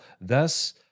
thus